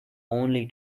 only